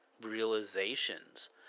realizations